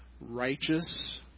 righteous